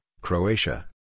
Croatia